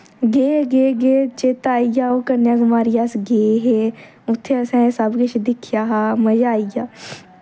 गे गे गे चेत्ता आई गेआ ओह् कन्याकवारी अस गे हे उत्थें असें एह् सब किश दिक्खेआ हा मज़ा आई गेआ